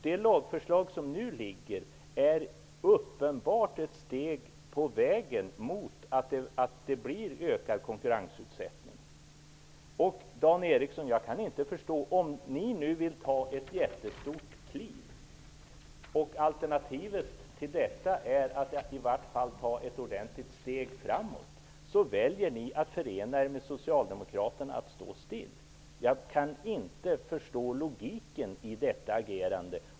Det lagförslag som nu föreligger är uppenbart ett steg på vägen mot en ökad konkurrensutsättning. Jag kan inte förstå Dan Eriksson. Ni vill ta ett jättestort kliv. Alternativet är att man i varje fall skall ta ett ordentligt steg framåt. Då väljer ni att förena er med Socialdemokraterna och stå stilla. Jag kan inte förstå logiken i detta agerande.